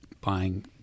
buying